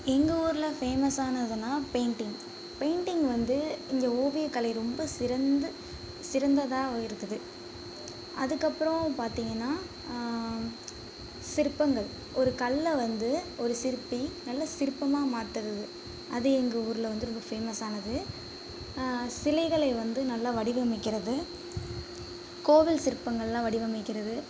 எங்கள் ஊரில் ஃபேமஸானதுனா பெயிண்டிங் பெயிண்டிங் வந்து இங்கே ஓவியக்கலை ரொம்ப சிறந்தது சிறந்ததாக இருக்குது அதுக்கப்புறம் பார்த்தீங்கன்னா சிற்பங்கள் ஒரு கலில் வந்து ஒரு சிற்பி நல்ல சிற்பமாக மாத்தறது அது எங்கே ஊரில் வந்து ரொம்ப ஃபேமஸானது சிலைகளை வந்து நல்லா வடிவமைக்கிறது கோவில் சிற்பங்கள்லாம் வடிவமைக்கிறது